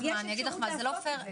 ויש אפשרות לעשות,